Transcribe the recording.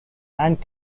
and